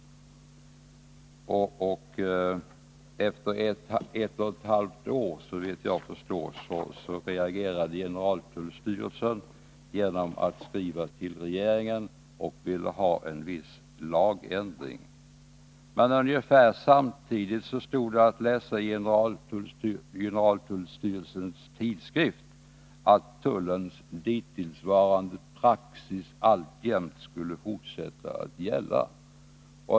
Efter ett och ett halvt år — såvitt jag förstår — reagerade generaltullstyrelsen genom att skriva till regeringen och begära en viss lagändring. Ungefär samtidigt stod det att läsa i generaltullstyrelsens tidskrift att tullens dittillsvarande praxis skulle fortsätta att gälla.